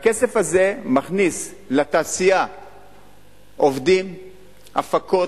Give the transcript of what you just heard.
הכסף הזה מכניס לתעשייה עובדים, הפקות,